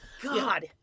god